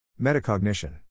Metacognition